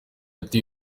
ati